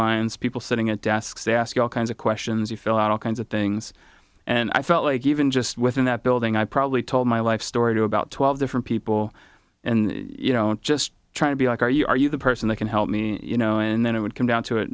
lines people sitting at desks they ask all kinds of questions you fill out all kinds of things and i felt like even just within that building i probably told my life story to about twelve different people and you know i'm just trying to be like are you are you the person that can help me you know and then it would come down to it